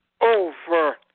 over